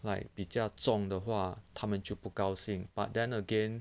like 比较重的话他们就不高兴 but then again